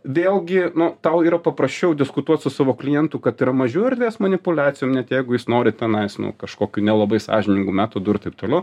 vėlgi nu tau yra paprasčiau diskutuot su savo klientu kad yra mažiau erdvės manipuliacijom net jeigu jis nori tenais nu kažkokiu nelabai sąžiningu metodu ir taip toliau